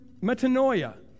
metanoia